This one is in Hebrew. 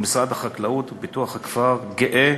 ומשרד החקלאות ופיתוח הכפר גאה